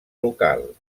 local